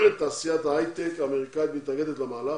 תעשיית הייטק האמריקאית מתנגדת למהלך